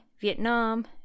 Vietnam